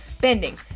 Bending